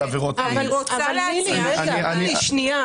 אבל יש לכם מבחנים נוספים לגבי העניין של עבירות מין.